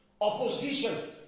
opposition